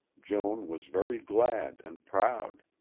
joan was very glad and proud.